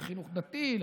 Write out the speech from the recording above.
לחינוך דתי,